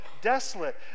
desolate